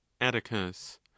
atticus